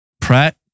Pratt